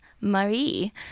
Marie